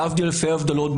להבדיל אלף אלפי הבדלות,